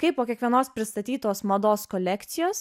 kai po kiekvienos pristatytos mados kolekcijos